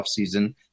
offseason